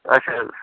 اَچھا